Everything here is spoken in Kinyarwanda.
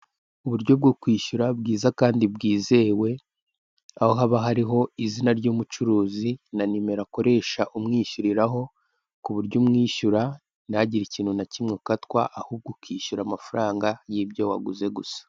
Uburyo bwo kwishyura bwiza kandi bwizewe aho haba hariho izina ryumucuruzi na nimero akoresha umwishyuriraho, kuburyo umwishyura ntihagire ikintu nakimwe ukatwa ahubwo ukishyura amafaranga yibyo waguze gusa.